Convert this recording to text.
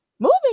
Moving